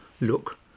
look